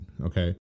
okay